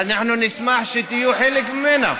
ואנחנו נשמח שתהיו חלק ממנה.